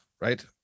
right